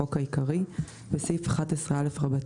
החוק העיקרי) בסעיף 11א(ב),